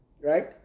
Right